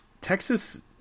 Texas